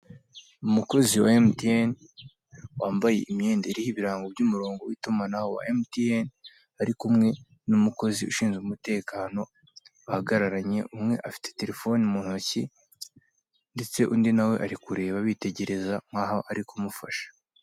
Umukozi wa emutiyeni, wambaye imyenda iriho ibirango by'umurongo w'itumanaho wa emutiyeni ari kumwe n'umukozi ushinzwe umutekano, bahagararanye umwe afite terefoni mu ntoki ndetse undi ari kureba yitegereza nk'aho bari kumufasha.